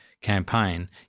campaign